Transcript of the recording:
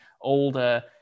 older